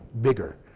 bigger